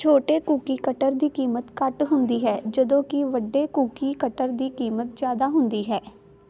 ਛੋਟੇ cookie cutter ਦੀ ਕੀਮਤ ਘੱਟ ਹੁੰਦੀ ਹੈ ਜਦੋਂ ਕਿ ਵੱਡੇ ਕੂਕੀ ਕਟਰ ਦੀ ਕੀਮਤ ਜ਼ਿਆਦਾ ਹੁੰਦੀ ਹੈ